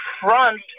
front